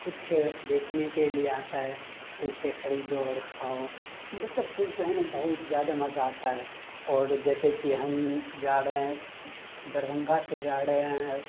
کچھ بیچنے کے لیے آتا ہے تو اسے خریدو اور کھاؤ یہ سب چیز جو ہے نا بہت زیادہ مزہ آتا ہے اور جیسے کہ ہم جا رہے ہیں دربھنگہ سے جا رہے ہیں